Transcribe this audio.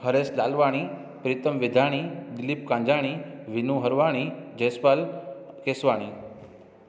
Harish Lalwani Pritam Vidani Dilip Kanjani Vinu Harwani Jaspal Keswani